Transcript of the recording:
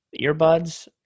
earbuds